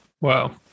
Wow